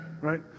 right